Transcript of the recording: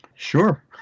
Sure